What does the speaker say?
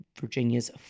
Virginia's